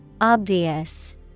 Obvious